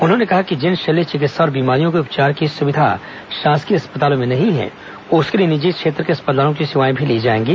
उन्होंने कहा कि जिन शल्य चिकित्सा और बीमारियों के उपचार की सुविधा शासकीय अस्पतालों में नहीं है उसके लिए निजी क्षेत्र के अस्पतालों की सेवाएं भी ली जाएंगी